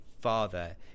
father